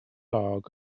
log